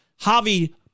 Javi